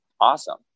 awesome